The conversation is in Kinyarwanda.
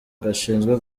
gashinzwe